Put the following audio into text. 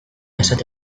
esate